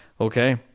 Okay